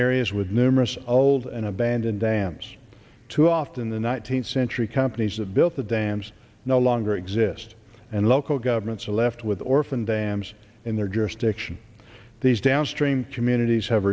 areas with numerous old and abandoned dams too often the not seen century companies that built the dams no longer exist and local governments are left with orphaned dams in their jurisdiction these downstream communities have